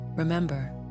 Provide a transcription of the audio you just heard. Remember